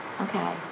okay